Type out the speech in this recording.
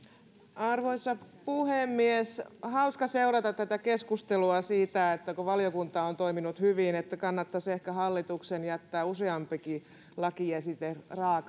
arvoisa puhemies on hauska seurata tätä keskustelua siitä että valiokunta on toiminut hyvin että kannattaisi ehkä hallituksen jättää useampikin lakiesite